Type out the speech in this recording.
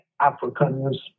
Africans